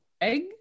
Egg